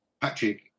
Patrick